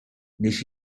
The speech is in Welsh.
nes